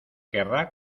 querrá